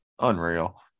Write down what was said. unreal